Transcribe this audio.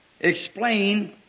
Explain